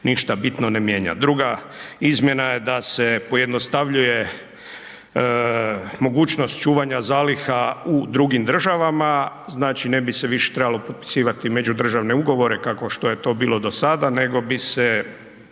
ništa bitno ne mijenja. Druga izmjena je da se pojednostavljuje mogućnost čuvanja zaliha u drugim državama, znači, ne bi se više trebalo potpisivati međudržavne ugovore, kako što je to bilo do sada, nego bi se